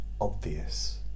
obvious